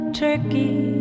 turkey